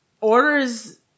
orders